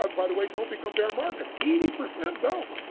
but by the way, don't be comparing markets, eighty percent don't.